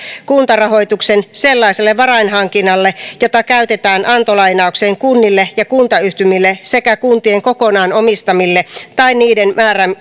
kuntarahoituksen sellaiselle varainhankinnalle jota käytetään antolainaukseen kunnille ja kuntayhtymille sekä kuntien kokonaan omistamille tai niiden